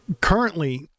Currently